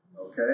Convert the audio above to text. Okay